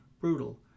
brutal